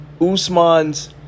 Usman's